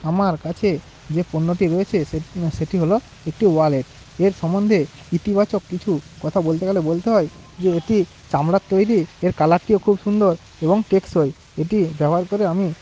আমার কাছে যে পণ্যটি রয়েছে সেটি হল একটি ওয়ালেট এর সম্বন্ধে ইতিবাচক কিছু কথা বলতে গেলে বলতে হয় যে এটি চামড়ার তৈরি এর কালারটিও খুব সুন্দর এবং টেকসই এটি ব্যবহার করে আমি